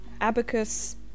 abacus